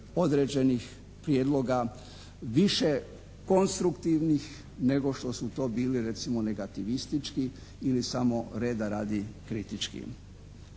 određenih prijedloga, više konstruktivnih nego što su to bili negativističkim ili samo reda radi kritičkim.